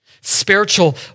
Spiritual